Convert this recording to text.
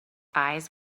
eyes